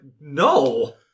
No